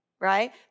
right